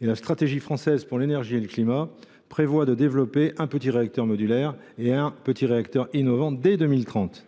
la stratégie française pour l’énergie et le climat prévoient de développer un petit réacteur modulaire et un petit réacteur innovant dès 2030.